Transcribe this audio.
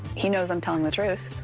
he knows i'm telling the truth.